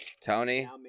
Tony